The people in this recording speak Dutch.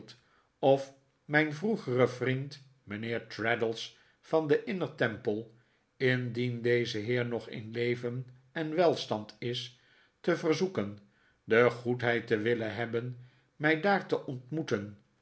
of mijn vroegeren vriend mijnheer traddles van den inner temple indien deze heer nog in leven en welstand is te verzoeken de goedheid te willen hebben mij daar te ontmoeten